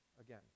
again